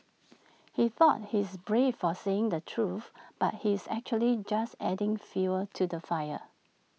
he thought he's brave for saying the truth but he's actually just adding fuel to the fire